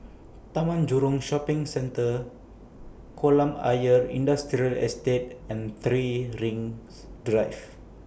Taman Jurong Shopping Centre Kolam Ayer Industrial Estate and three Rings Drive